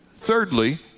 Thirdly